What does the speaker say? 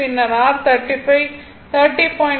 பின்னர் r 30